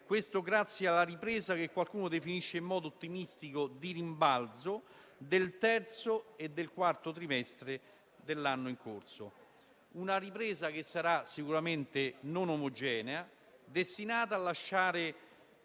Questo grazie alla ripresa che qualcuno definisce in modo ottimistico di rimbalzo del terzo e del quarto trimestre dell'anno in corso. Una ripresa che sarà sicuramente non omogenea, destinata a lasciare